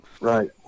Right